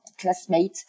classmate